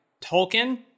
Tolkien